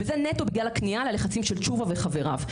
וזה נטו בגלל הכניעה ללחצים של תשובה וחבריו.